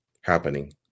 happening